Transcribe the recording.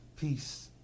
Peace